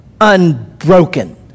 unbroken